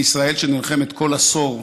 בישראל, שנלחמת כל עשור,